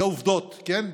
אלה עובדות, כן?